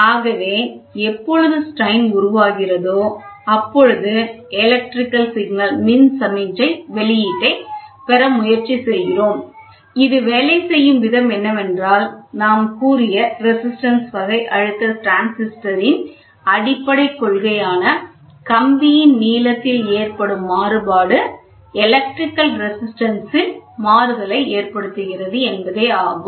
ஆகவே எப்பொழுது strains உருவாகிறதோ அப்பொழுது மின் சமிக்ஞை வெளியீட்டைப் பெற முயற்சி செய்கிறோம் இது வேலை செய்யும் விதம் என்னவென்றால் நாம் கூறிய ரெசிஸ்டன்ஸ் வகை அழுத்த டிரான்ஸ்யூசர் இன் அடிப்படை கொள்கை ஆன கம்பியின் நீளத்தின் ஏற்படும் மாறுபாடு எலக்ட்ரிக்கல் ரெசிஸ்டன்ஸ்ஸ்டன்ஸில் மாறுதலை ஏற்படுத்துகிறது என்பதே ஆகும்